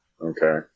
okay